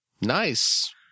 Nice